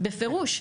בפירוש.